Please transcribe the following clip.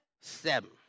Seven